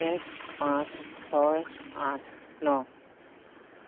এক পাঁচ ছয় আঠ ন